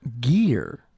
gear